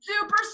Super